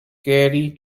carrie